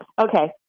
Okay